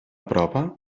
prova